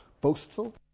boastful